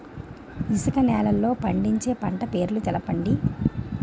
ఇసుక నేలల్లో పండించే పంట పేర్లు తెలపండి?